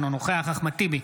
אינו נוכח אחמד טיבי,